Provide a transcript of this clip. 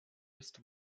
ist